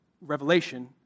Revelation